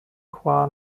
qua